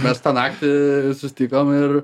mes tą naktį sustikom ir